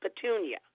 Petunia